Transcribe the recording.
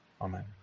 Amen